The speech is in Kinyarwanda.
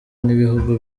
n’ibihugu